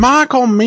Michael